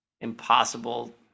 impossible